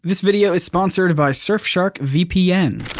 this video is sponsored by surfshark vpn.